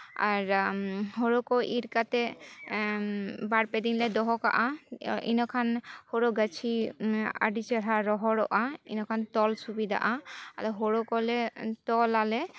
ᱟᱨ ᱦᱳᱲᱳ ᱠᱚ ᱤᱨ ᱠᱟᱛᱮ ᱵᱟᱨᱯᱮ ᱫᱤᱱ ᱞᱮ ᱫᱚᱦᱚ ᱠᱟᱜᱼᱟ ᱮᱰᱮᱠᱷᱟᱱ ᱦᱳᱲᱳ ᱜᱟᱹᱪᱷᱤ ᱟᱹᱰᱤ ᱪᱮᱦᱨᱟ ᱨᱚᱦᱚᱲᱚᱜᱼᱟ ᱤᱱᱟᱹᱠᱷᱟᱱ ᱛᱚᱞ ᱥᱩᱵᱤᱫᱟᱜᱼᱟ ᱟᱫᱚ ᱦᱳᱲᱳ ᱠᱚᱞᱮ ᱛᱚᱞ ᱟᱞᱮ